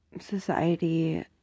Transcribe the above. Society